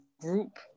group